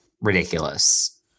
ridiculous